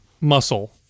muscle